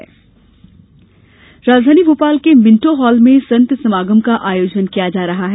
संत समागम राजघानी भोपाल के मिंटो हॉल में संत समागम का आयोजन किया जा रहा है